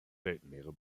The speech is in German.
weltmeere